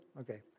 Okay